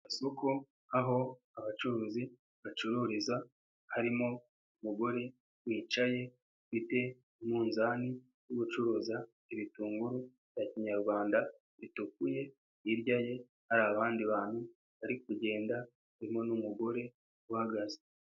Isoko aho abacuruzi bacururiza, harimo umugore wicaye ufiite umunzani wo gucuruza ibitunguru bya kinyarwanda bitukuye, hirya ye hari abandi bantu bari kugenda harimo n'umugore uhagaze.